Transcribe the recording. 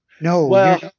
no